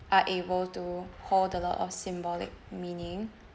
are able to hold a lot of symbolic meaning